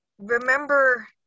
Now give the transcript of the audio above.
remember